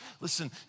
listen